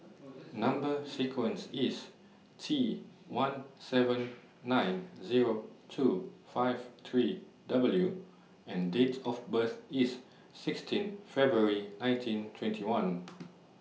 Number sequence IS T one seven nine Zero two five three W and Date of birth IS sixteen February nineteen twenty one